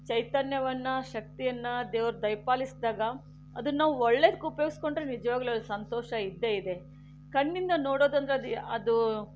ಚೈತನ್ಯವನ್ನು ಶಕ್ತಿಯನ್ನು ದೇವರು ದಯ ಪಾಲಿಸಿದಾಗ ಅದನ್ನಾವು ಒಳ್ಳೆದಕ್ಕೆ ಉಪಯೋಗಿಸಿಕೊಂಡರೆ ನಿಜವಾಗಲೂ ಅಲ್ಲಿ ಸಂತೋಷ ಇದ್ದೇ ಇದೆ ಕಣ್ಣಿಂದ ನೋಡೋದಂದ್ರೆ ಅದ್ ಅದು